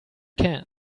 can